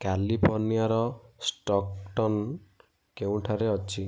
କାଲିଫର୍ଣ୍ଣିଆର Stockton କେଉଁଠାରେ ଅଛି